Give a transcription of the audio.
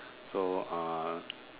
so uh